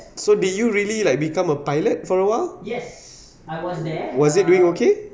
so did you really like become a pilot for awhile was it doing okay